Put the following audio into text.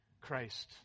Christ